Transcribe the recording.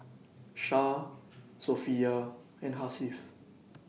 Shah Sofea and Hasif